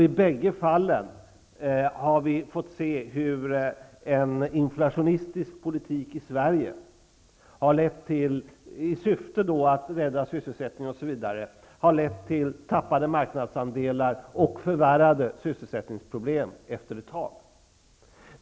I bägge fallen har vi fått se hur en inflationistisk politik i Sverige, i syfte att rädda sysselsättningen, har lett till tappade marknadsandelar och förvärrade sysselsättningsproblem efter ett tag.